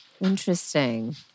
interesting